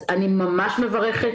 אני מברכת,